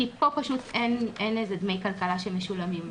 כי פה אין איזה דמי כלכלה שמשולמים.